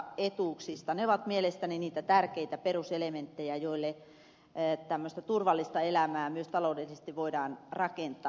ne ovat mielestäni niitä tärkeitä peruselementtejä joille tämmöistä turvallista elämää myös taloudellisesti voidaan rakentaa